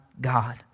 God